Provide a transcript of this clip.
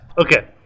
Okay